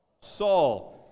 Saul